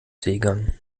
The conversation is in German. seegang